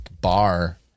bar